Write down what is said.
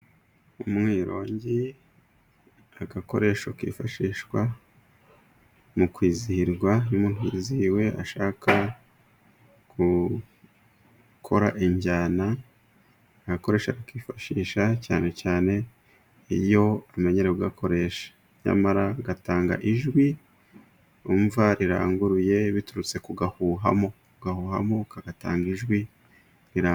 Umwirongi, agakoresho kifashishwa mu kwizihirwa, iyo umuntu yizihiwe ashaka gukora injyana, yakoresha akifashisha cyane cyane iyo umenyereye kugakoresha. Nyamara gatanga ijwi wumva riranguruye biturutse ku kugahuhamo, ugahuhamo kagatanga ijwi riranguruye,..